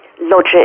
logic